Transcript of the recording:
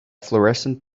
florescent